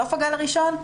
בסוף הגל הראשון,